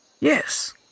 Yes